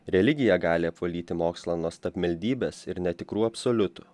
religija gali apvalyti mokslą nuo stabmeldybės ir netikrų absoliutų